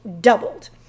doubled